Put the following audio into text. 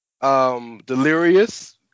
Delirious